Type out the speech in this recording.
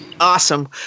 awesome